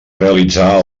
realitzar